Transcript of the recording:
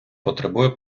потребує